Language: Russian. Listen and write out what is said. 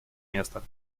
места